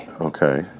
Okay